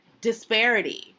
disparity